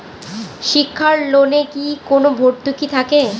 শিক্ষার লোনে কি কোনো ভরতুকি থাকে?